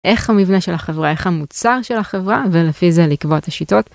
איך המבנה של החברה איך המוצר של החברה ולפי זה לקבוע את השיטות.